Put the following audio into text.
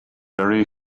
very